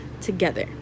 together